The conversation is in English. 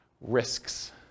Risks